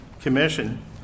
Commission